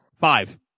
five